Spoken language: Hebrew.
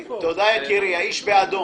מאיפה הבאתם שזה יותר מדי?